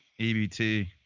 ebt